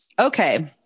Okay